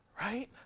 Right